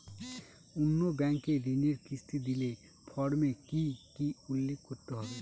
অন্য ব্যাঙ্কে ঋণের কিস্তি দিলে ফর্মে কি কী উল্লেখ করতে হবে?